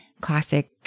classic